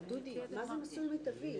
דודי, מה זה מסלול מיטבי?